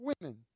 women